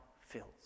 fills